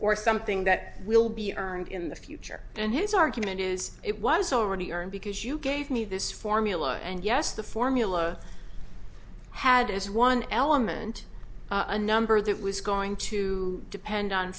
or something that will be earned in the future and his argument is it was already earned because you gave me this formula and yes the formula had is one element a number that was going to depend on